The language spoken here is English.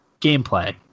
gameplay